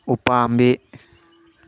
ꯎꯄꯥꯝꯕꯤ